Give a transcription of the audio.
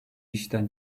işten